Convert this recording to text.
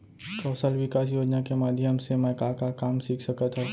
कौशल विकास योजना के माधयम से मैं का का काम सीख सकत हव?